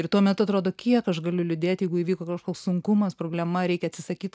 ir tuo metu atrodo kiek aš galiu liūdėt jeigu įvyko kažkoks sunkumas problema reikia atsisakyt